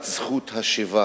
את זכות השיבה.